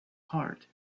heart